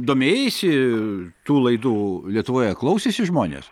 domėjaisi tų laidų lietuvoje klausėsi žmonės